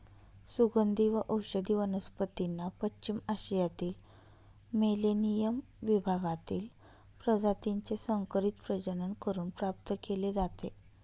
सुगंधी व औषधी वनस्पतींना पश्चिम आशियातील मेलेनियम विभागातील प्रजातीचे संकरित प्रजनन करून प्राप्त केले जाते